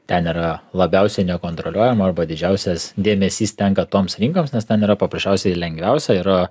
ten yra labiausiai nekontroliuojama arba didžiausias dėmesys tenka toms rinkoms nes ten yra paprasčiausiai lengviausia yra